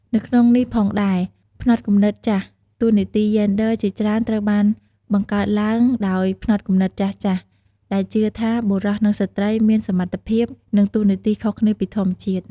នៅក្នុងនេះផងដែរផ្នត់គំនិតចាស់ តួនាទីយេនឌ័រជាច្រើនត្រូវបានបង្កើតឡើងដោយផ្នត់គំនិតចាស់ៗ ដែលជឿថាបុរស និងស្ត្រីមានសមត្ថភាព និងតួនាទីខុសគ្នាពីធម្មជាតិ។